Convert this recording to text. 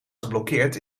geblokkeerd